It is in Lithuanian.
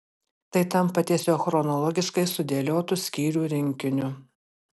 tai tampa tiesiog chronologiškai sudėliotu skyrių rinkiniu